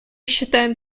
считаем